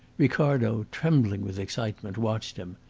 ricardo, trembling with excitement, watched him.